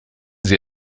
sie